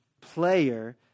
player